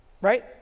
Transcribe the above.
right